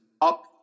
up